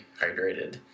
hydrated